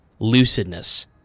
lucidness